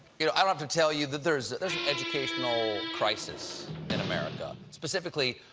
you know, i don't have to tell you that there's that there's an educational crisis in america. specifically,